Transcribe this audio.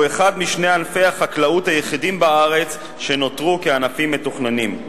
והוא אחד משני ענפי החקלאות היחידים בארץ שנותרו כענפים מתוכננים,